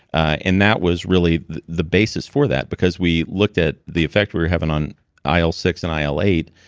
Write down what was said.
and that was really the basis for that, because we looked at the effect we were having on i l six and i l eight,